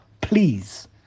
Please